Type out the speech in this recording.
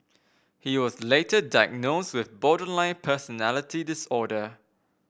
he was later diagnosed with borderline personality disorder